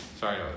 sorry